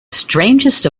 strangest